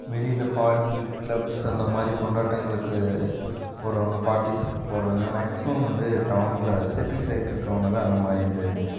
வெளியில் party clubs அந்தமாதிரி கொண்டாட்டங்களுக்கு போகிறவங்க பார்ட்டிஸ்க்கு போகிறவங்க மேக்ஸிமம் வந்து டவுனில் சிட்டி சைடு இருக்கவங்க தான் அந்தமாதிரி என்ஜாய்மெண்ட்ஸ்